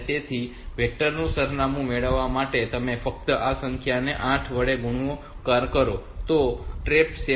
તેથી વેક્ટર નું સરનામું મેળવવા માટે તમે ફક્ત આ સંખ્યાને 8 વડે ગુણાકાર કરો તો TRAP 4